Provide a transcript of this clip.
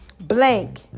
blank